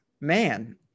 Man